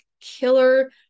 killer